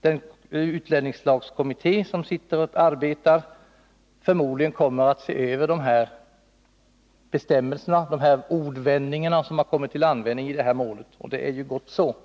den utlänningslagskommitté som arbetar med ärenden av detta slag förmodligen kommer att se över de bestämmelser, de ordvändningar som har kommit till användning i det här målet. Så långt är ju allting gott.